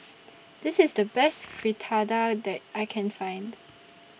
This IS The Best Fritada that I Can Find